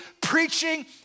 preaching